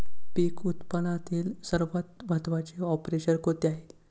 पीक उत्पादनातील सर्वात महत्त्वाचे ऑपरेशन कोणते आहे?